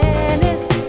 Venice